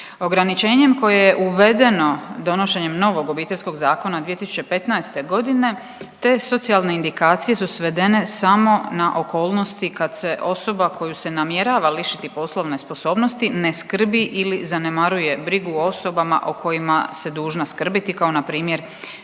Ograničenjem koje je uvedeno donošenjem novog Obiteljskog zakona 2015. godine te socijalne indikacije su svedene samo na okolnosti kad se osoba koju se namjerava lišiti poslovne sposobnosti ne skrbi ili zanemaruje brigu o osobama o kojima se dužna skrbiti kao na primjer